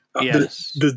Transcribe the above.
Yes